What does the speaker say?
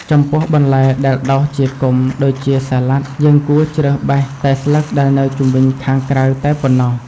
ចំពោះបន្លែដែលដុះជាគុម្ពដូចជាសាឡាត់ យើងគួររើសបេះតែស្លឹកដែលនៅជុំវិញខាងក្រៅតែប៉ុណ្ណោះ។